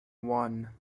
one